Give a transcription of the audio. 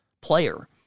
player